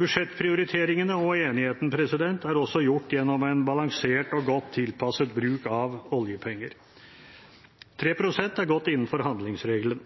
Budsjettprioriteringene og enigheten har man også fått til gjennom en balansert og godt tilpasset bruk av oljepenger. 3 pst. er godt innenfor handlingsregelen.